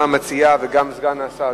גם המציעה וגם סגן השר?